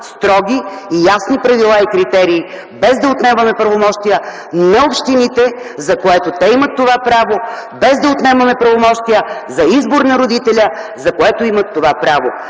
строги и ясни правила и критерии, без да отнемаме правомощия на общините, за което те имат това право, без да отнемаме правомощия за избор на родителя, за което имат това право.